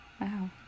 Wow